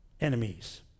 enemies